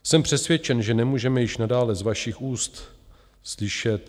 Jsem přesvědčen, že nemůžeme již nadále z vašich úst slyšet: